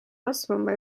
kasvama